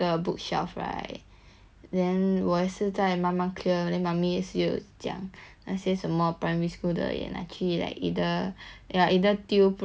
then 我也是在妈妈 clear then mummy 是有讲那些什么 primary school 的拿去 like 你的 ya either 丢不然就是 ah jian 出去的 oh